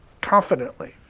confidently